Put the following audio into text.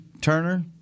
Turner